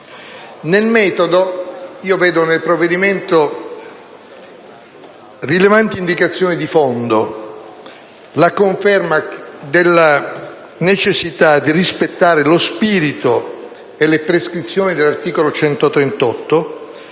Nel metodo, vedo nel provvedimento rilevanti indicazioni di fondo: la conferma della necessità di rispettare lo spirito e le prescrizioni dell'articolo 138